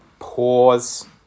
Pause